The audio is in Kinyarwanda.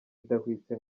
idahwitse